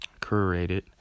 curated